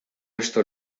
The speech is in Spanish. esto